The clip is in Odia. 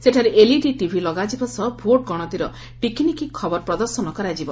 ସେଠାରେ ଏଲ୍ଇଡି ଟିଭି ଲଗାଯଯିବା ସହ ଭୋଟଗଣତିର ଟିକିନିଖୁ ଖବର ପ୍ରଦର୍ଶନ କରାଯିବ